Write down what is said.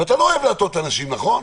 ואתה לא אוהב להטעות אנשים, נכון?